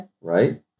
Right